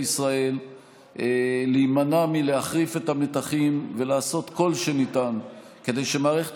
ישראל להימנע מהחרפת המתחים ולעשות כל שניתן כדי שמערכת